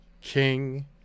King